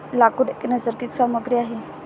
लाकूड एक नैसर्गिक सामग्री आहे